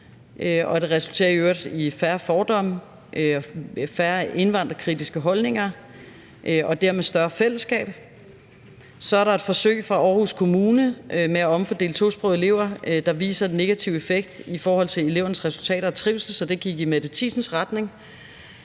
resulterer i færre fordomme, færre indvandrerkritiske holdninger og dermed større fællesskab. Så er der et forsøg fra Aarhus Kommune med at omfordele tosprogede elever, der viser en negativ effekt i forhold til elevernes resultater og trivsel, så det gik i fru Mette Thiesens retning.